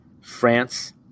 France